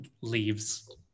leaves